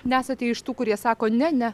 nesate iš tų kurie sako ne ne